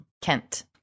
Kent